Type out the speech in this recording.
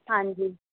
ਹਾਂਜੀ